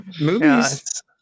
movies